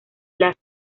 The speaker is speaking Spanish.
las